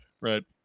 Right